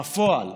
בפועל,